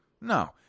No